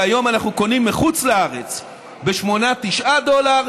שהיום אנחנו קונים מחוץ-לארץ ב-8 9 דולר,